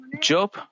Job